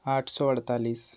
आठ सौ अड़तालीस